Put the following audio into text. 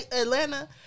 Atlanta